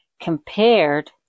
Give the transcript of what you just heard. compared